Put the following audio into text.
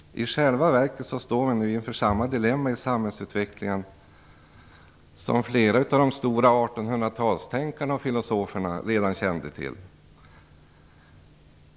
I själva verket står vi nu inför samma dilemma i samhällsutvecklingen som flera av de stora tänkarna och filosoferna på 1800-talet redan då kände till.